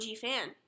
fan